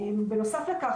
בנוסף לכך,